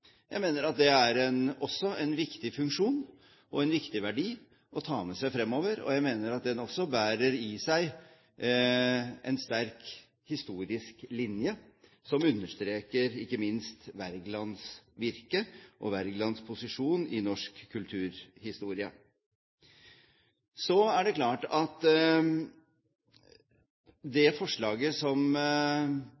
Jeg mener at det også er en viktig funksjon og en viktig verdi å ta med seg fremover. Jeg mener at den bærer i seg en sterk historisk linje, som ikke minst understreker Wergelands virke og Wergelands posisjon i norsk kulturhistorie. Så er det klart at